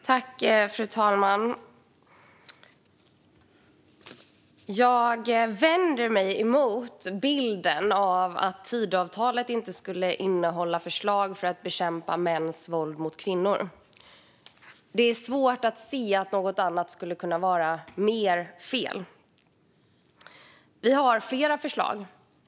Fru talman! Jag vänder mig mot bilden av att Tidöavtalet inte skulle innehålla förslag för att bekämpa mäns våld mot kvinnor. Det är svårt att se att något skulle kunna vara mer fel. Vi har flera förslag.